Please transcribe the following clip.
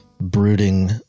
brooding